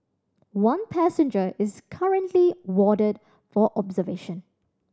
one passenger is currently warded for observation